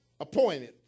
appointed